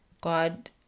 God